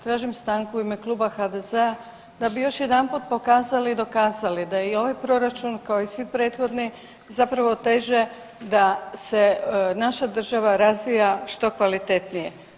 Tražim stanku u ime Kluba HDZ-a da bi još jedanput pokazali i dokazali da je i ovaj proračun kao i svi prethodni zapravo teže da se naša država razvija što kvalitetnije.